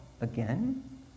again